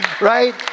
right